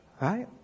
Right